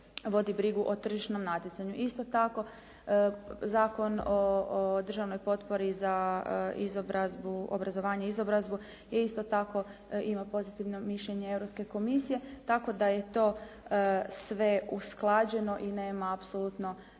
vodi brigu o tržišnom natjecanju. Isto tako Zakon o državnoj potpori za izobrazbu obrazovanje i izobrazbu i isto tako ima pozitivno mišljenje Europske komisije, tako da je to sve usklađeno i nema apsolutno